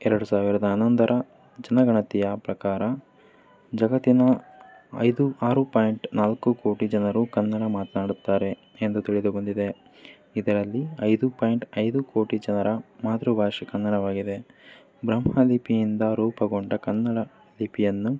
ಎರಡು ಸಾವಿರದ ಹನ್ನೊಂದರ ಜನಗಣತಿಯ ಪ್ರಕಾರ ಜಗತ್ತಿನ ಐದು ಆರು ಪಾಯಿಂಟ್ ನಾಲ್ಕು ಕೋಟಿ ಜನರು ಕನ್ನಡ ಮಾತನಾಡುತ್ತಾರೆ ಎಂದು ತಿಳಿದು ಬಂದಿದೆ ಇದರಲ್ಲಿ ಐದು ಪಾಯಿಂಟ್ ಐದು ಕೋಟಿ ಜನರ ಮಾತೃಭಾಷೆ ಕನ್ನಡವಾಗಿದೆ ಬ್ರಹ್ಮ ಲಿಪಿಯಿಂದ ರೂಪುಗೊಂಡ ಕನ್ನಡ ಲಿಪಿಯನ್ನು